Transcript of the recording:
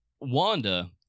Wanda